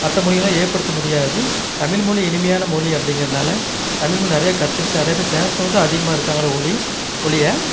மற்ற மொழிகளால ஏற்படுத்த முடியாதது தமிழ் மொழி இனிமையான மொழி அப்படிங்கிறனால தமிழ் மொழி நிறையா கற்றுக்கிட்டு நிறையா பேர் பேசகிறவுங்க தான் அதிகமாக இருக்கிறாங்களேவொழி ஒழிய